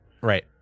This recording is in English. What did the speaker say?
right